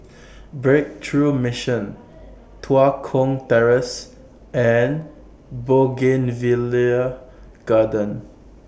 Breakthrough Mission Tua Kong Terrace and Bougainvillea Garden